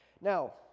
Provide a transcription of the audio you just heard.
Now